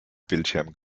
bildschirm